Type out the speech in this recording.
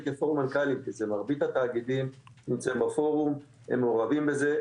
מרבית התאגידים אצלנו בפורום הם מעורבים את זה,